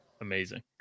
amazing